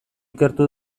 ikertu